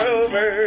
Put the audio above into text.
over